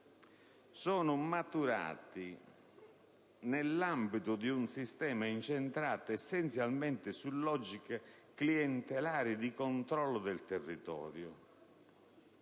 sono «maturati nell'ambito di un sistema incentrato essenzialmente su logiche clientelari di controllo del territorio»,